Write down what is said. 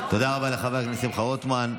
תודה רבה לחבר הכנסת שמחה רוטמן.